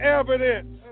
evidence